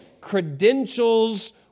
credentials